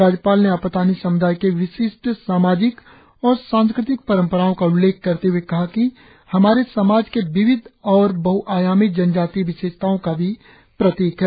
राज्यपाल ने आपतानी समुदाय के विशिष्ट सामाजिक और सांस्कृतिक परंपराओ का उल्लेख करते हुए कहा कि हमारे समाज के विविध और बहुआयामी जनजातीय विशेषताओ का भी प्रतीक है